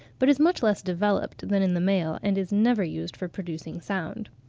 but is much less developed than in the male, and is never used for producing sound.